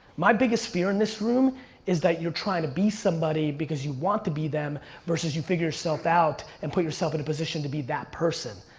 my biggest fear in this room is that you're trying to be somebody because you want to be them versus you figure yourself out and put yourself in a position to be that person.